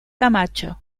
camacho